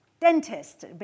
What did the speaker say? dentist